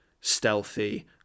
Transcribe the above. stealthy